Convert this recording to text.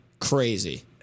Crazy